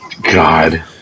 God